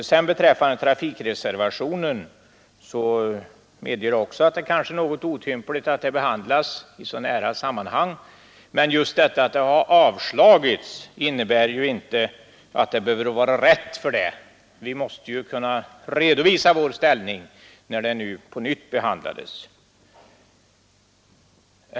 Vad sedan beträffar trafikreservationen medger jag att det kanske är något otympligt att den frågan behandlas 2 gånger i så nära sammanhang men att motionsyrkandet har avslagits innebär inte att det behöver vara oriktigt. Vi måste kunna redovisa vår ställning när frågan på nytt behandlades.